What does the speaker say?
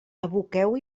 aboqueu